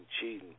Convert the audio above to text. cheating